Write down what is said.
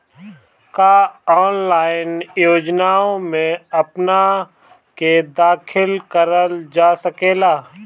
का ऑनलाइन योजनाओ में अपना के दाखिल करल जा सकेला?